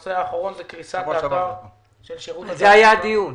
הנושא האחרון הוא קריסת האתר של שירות התעסוקה.